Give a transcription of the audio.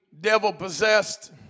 devil-possessed